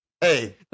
Hey